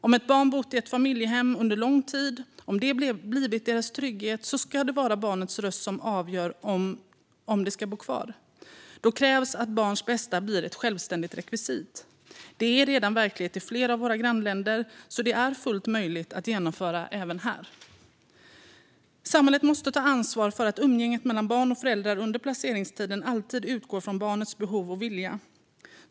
Om ett barn bott i ett familjehem under lång tid och det blivit barnets trygghet ska det vara barnets röst som avgör om det ska bo kvar. Då krävs att barns bästa blir ett självständigt rekvisit. Det är redan verklighet i flera av våra grannländer, så det är fullt möjligt att genomföra även här. Samhället måste ta ansvar för att umgänget mellan barn och föräldrar under placeringstiden alltid utgår från barnets behov och vilja.